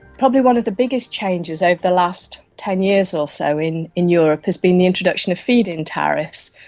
probably one of the biggest changes over the last ten years or so in in europe has been the introduction of feed-in tariffs,